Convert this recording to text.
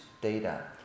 data